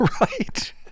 right